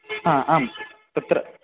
हा आम् तत्र